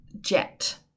jet